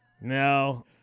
No